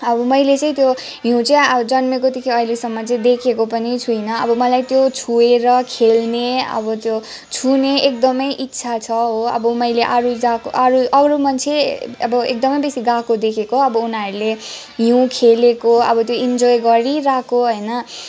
अब मैले चाहिँ त्यो हिउँ चाहिँ आ जन्मिएकोदेखि अहिलेसम्म चाहिँ देखेको पनि छुइनँ अब मलाई त्यो छोएर खेल्ने अब त्यो छुने एक्दमै इच्छा छ हो अब मैले अरू जाको अरू अरू मान्छे अब एकदमै बेसी गएको देखेको अब उनीहरूले हिउँ खेलेको अब त्यो इन्जोय गरिरहेको होइन